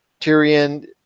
Tyrion